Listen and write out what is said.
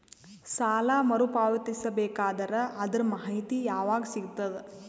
ಸಾಲ ಮರು ಪಾವತಿಸಬೇಕಾದರ ಅದರ್ ಮಾಹಿತಿ ಯವಾಗ ಸಿಗತದ?